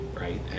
right